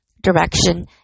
direction